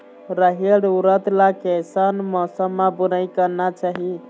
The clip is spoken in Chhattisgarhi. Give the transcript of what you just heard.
रहेर उरद ला कैसन मौसम मा बुनई करना चाही?